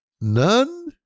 None